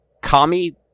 Kami